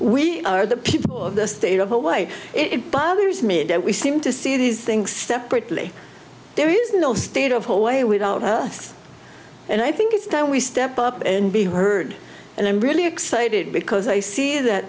we are the people of the state of away it bothers me that we seem to see these things separately there is no state of hallway without us and i think it's time we step up and be heard and i'm really excited because i see that